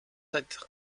être